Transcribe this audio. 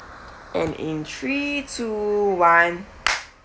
and in three two one